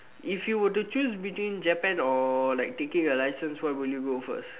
if you were to choose between Japan or like taking a license what will you go first